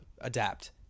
adapt